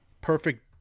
Perfect